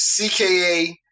CKA